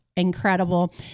Incredible